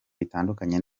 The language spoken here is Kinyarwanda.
bitandukanye